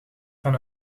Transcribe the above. van